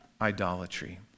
idolatry